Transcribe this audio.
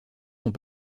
sont